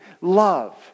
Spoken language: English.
love